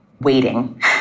waiting